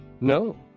No